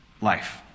Life